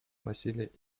насилия